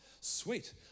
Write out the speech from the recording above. sweet